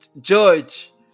George